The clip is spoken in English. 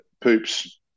poops